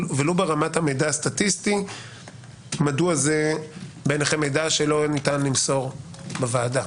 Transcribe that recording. ולו ברמת המידע הסטטיסטי - מדוע זה בעיניכם מידע שלא ניתן למסור בוועדה.